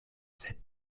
sed